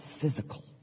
physical